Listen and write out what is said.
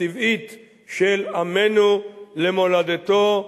הטבעית של עמנו למולדתו,